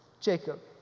Jacob